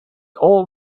all